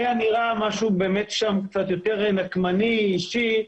היה נראה שיש שם משהו שהוא קצת יותר נקמני ואישי.